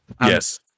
Yes